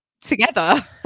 together